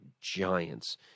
giants